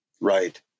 Right